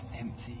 empty